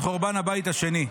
עד חורבן הבית השני.